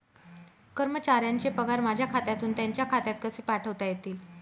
कर्मचाऱ्यांचे पगार माझ्या खात्यातून त्यांच्या खात्यात कसे पाठवता येतील?